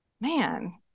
man